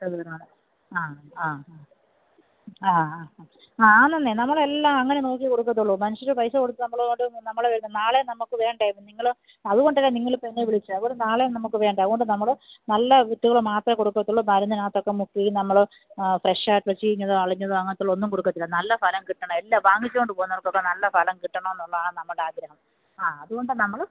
ആ ആ ആ ആ ആ ആ ആന്നന്നെ നമ്മളെല്ലാം അങ്ങനെ നോക്കിയെ കൊടുക്കത്തുള്ളൂ മനുഷ്യർ പൈസ കൊടുത്ത് നമ്മൾ കൊണ്ടുവന്ന് നമ്മൾ നാളെ നമുക്ക് വേണ്ടേ നിങ്ങൾ അതുകൊണ്ടല്ലേ നിങ്ങളിപ്പോൾ എന്നെ വിളിച്ചത് അതുപോലെ നാളെ നമുക്ക് വേണ്ട അതുകൊണ്ട് നമ്മൾ നല്ല വിത്തുകൾ മാത്രമേ കൊടുക്കത്തുള്ളൂ മരുന്നിനാത്തൊക്കെ മുക്കി നമ്മൾ ഫ്രഷായിട്ടുള്ള ചീഞ്ഞതൊ അളിഞ്ഞതൊ അങ്ങനത്തുള്ള ഒന്നും കൊടുക്കത്തില്ല നല്ല ഫലം കിട്ടണത് എല്ലാം വാങ്ങിച്ചോണ്ട് പോകുന്നവർക്കൊക്കെ നല്ല ഫലം കിട്ടണമെന്നുള്ളതാണ് നമ്മുടെ ആഗ്രഹം ആ അതുകൊണ്ടാണ് നമ്മൾ